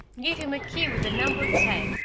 gave him a key with a numbered tag,